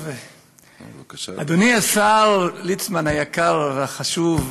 אדוני השר ליצמן היקר והחשוב,